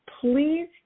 please